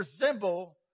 resemble